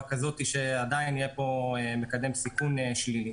כזאת שעדיין יהיה פה מקדם סיכון שלילי.